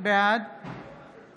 בעד